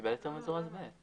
הוא קיבל היתר מזורז ב'.